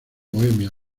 bohemia